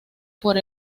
por